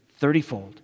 thirtyfold